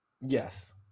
Yes